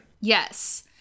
Yes